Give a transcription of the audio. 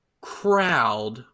crowd